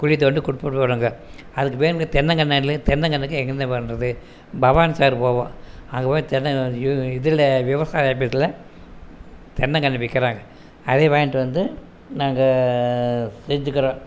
குழி தோண்டி குடுத்துபோடுவாங்க அதுக்கு வேணுங்கற தென்னங்கன்னு தென்னங்கன்னுக்கு என்னங்க பண்ணுறது பவானி சாகர் போவோம் அங்க போய் தென்னை இதில் விவசாயி ஆஃபிஸில் தென்னங்கன்னு விக்கிறாங்க அதுலேயே வாங்கிட்டு வந்து நாங்கள் செஞ்சுக்கிறோம்